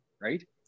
right